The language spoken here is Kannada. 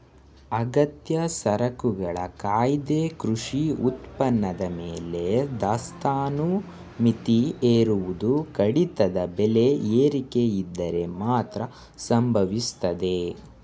ಅಗತ್ಯ ಸರಕುಗಳ ಕಾಯ್ದೆ ಕೃಷಿ ಉತ್ಪನ್ನದ ಮೇಲೆ ದಾಸ್ತಾನು ಮಿತಿ ಹೇರುವುದು ಕಡಿದಾದ ಬೆಲೆ ಏರಿಕೆಯಿದ್ದರೆ ಮಾತ್ರ ಸಂಭವಿಸ್ತದೆ